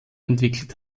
entwickelt